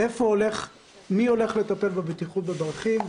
מי הולך לטפל בבטיחות בדרכים,